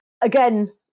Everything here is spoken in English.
Again